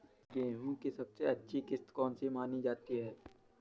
गेहूँ की सबसे अच्छी किश्त कौन सी मानी जाती है?